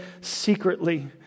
secretly